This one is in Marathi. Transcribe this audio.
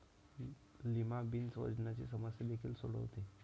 लिमा बीन्स वजनाची समस्या देखील सोडवते